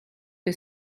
che